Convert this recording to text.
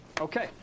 Okay